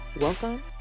welcome